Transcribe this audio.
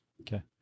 Okay